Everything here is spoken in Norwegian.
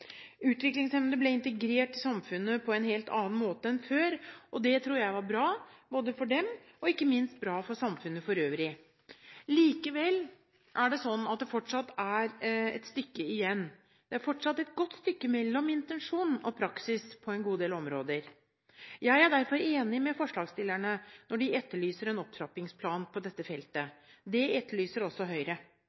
Utviklingshemmede ble integrert i samfunnet på en helt annen måte enn før, og det tror jeg var bra, både for dem og ikke minst for samfunnet for øvrig. Likevel er det sånn at det fortsatt er et stykke igjen. Det er fortsatt et godt stykke mellom intensjon og praksis på en god del områder. Jeg er derfor enig med forslagsstillerne når de etterlyser en opptrappingsplan på dette feltet. Det etterlyser også Høyre.